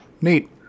Neat